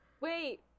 Wait